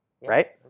Right